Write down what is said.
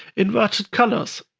inverted colors,